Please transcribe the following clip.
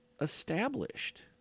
established